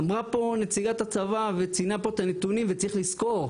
אמרה פה נציגת הצבא וציינה פה את הנתונים וצריך לזכור,